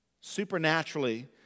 Supernaturally